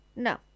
No